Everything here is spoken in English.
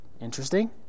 Interesting